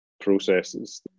processes